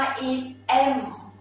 is m,